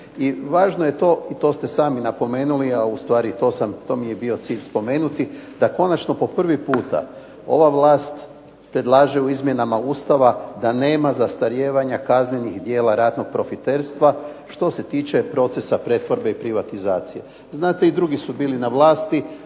I važno je to i to ste sami napomenuli, a ustvari to mi je bio cilj spomenuti da konačno po prvi puta ova vlast predlaže u izmjenama Ustava da nema zastarijevanja kaznenih djela ratnog profiterstva što se tiče procesa pretvorbe i privatizacije. Znate, i drugi su bili na vlasti